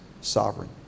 sovereign